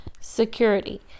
security